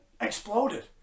exploded